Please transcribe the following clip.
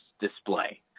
display